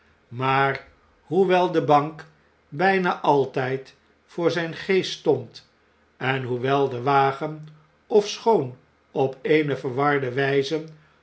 maar hoewel de bank bn'na altu'd voor zjjn geest stond en hoewel de wagen ofschoon op eene verwarde wjjze